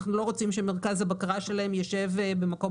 ואנחנו לא רוצים שמרכז הבקרה שלהן יישב במקום